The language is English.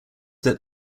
that